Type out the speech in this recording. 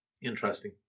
interesting